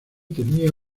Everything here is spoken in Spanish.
tenía